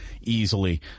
easily